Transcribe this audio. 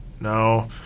no